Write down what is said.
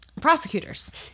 prosecutors